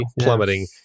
plummeting